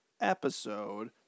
episode